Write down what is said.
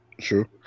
True